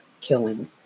killing